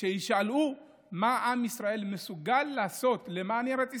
כשישאלו מה עם ישראל מסוגל לעשות למען ארץ ישראל,